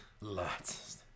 lots